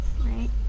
right